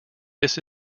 this